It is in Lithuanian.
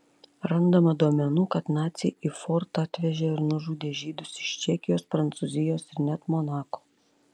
randama duomenų kad naciai į fortą atvežė ir nužudė žydus iš čekijos prancūzijos ir net monako